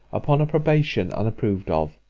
upon a probation unapproved of.